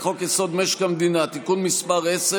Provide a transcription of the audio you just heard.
חוק-יסוד: משק המדינה (תיקון מס' 10